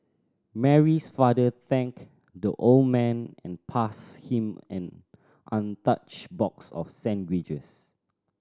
Mary's father thanked the old man and passed him an untouched box of sandwiches